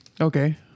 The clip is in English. Okay